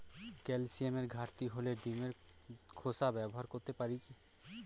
ক্যালসিয়ামের ঘাটতি হলে ডিমের খোসা ব্যবহার করতে পারি কি?